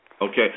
Okay